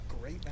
great